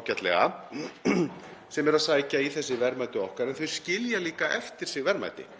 ágætlega, sem eru að sækja í þessi verðmæti okkar. En þau skilja líka eftir sig verðmæti.